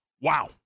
Wow